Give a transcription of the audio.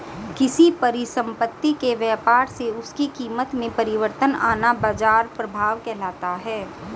किसी परिसंपत्ति के व्यापार से उसकी कीमत में परिवर्तन आना बाजार प्रभाव कहलाता है